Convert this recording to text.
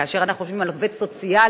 כאשר אנחנו חושבים על עובד סוציאלי